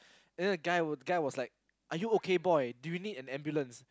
and then the guy guy was like are you okay boy do you need an ambulance